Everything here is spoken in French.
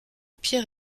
pierre